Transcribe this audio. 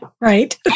right